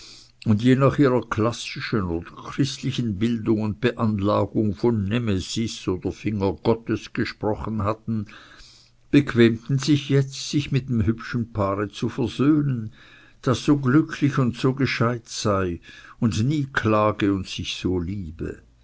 und je nach ihrer klassischen oder christlichen bildung und beanlagung von nemesis oder finger gottes gesprochen hatten bequemten sich jetzt sich mit dem hübschen paare zu versöhnen das so glücklich und so gescheit sei und nie klage und sich so liebe